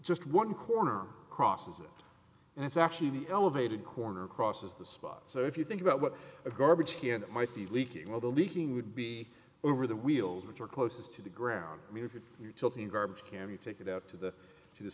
just one corner across it and it's actually the elevated corner crosses the spot so if you think about what a garbage can that might be leaking well the leaking would be over the wheels which are closest to the ground i mean if you're tilting garbage can you take it out to the to the